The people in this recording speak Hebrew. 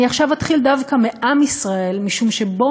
האמת היא שמדובר באמת בממשלה שכל מה שהיא עשתה עד עכשיו,